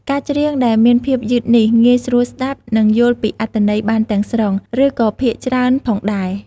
ការច្រៀងដែលមានភាពយឺតនេះ ងាយស្រួលស្តាប់ នឹងយល់ពីអត្ថន័យបានទាំងស្រុង ឬក៏ភាគច្រើនផងដែរ។